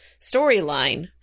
storyline